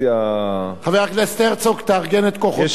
חבר הכנסת הרצוג, תארגן את כוחותיך.